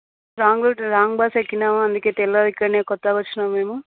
wrong route wrong bus ఎక్కినాము అందుకే తెలియదు ఇక్కడనే క్రొత్తగా వచ్చినాము మేము